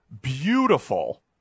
beautiful